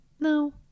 No